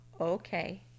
okay